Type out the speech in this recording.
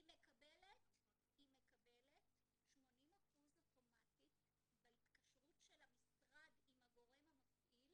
היא מקבלת 80% אוטומטית בהתקשרות של המשרד עם הגורם המפעיל